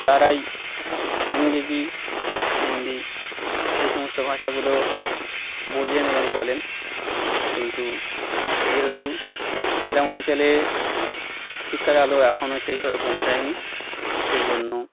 তারাই ইংরেজি হিন্দি এই সমস্ত ভাষাগুলো বোঝেন এবং বলেন কিন্তু যেহেতু গ্রাম অঞ্চলে শিক্ষার আলো এখনও সেইভাবে পৌঁছায়নি সেই জন্য